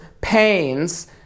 pains